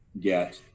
get